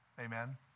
Amen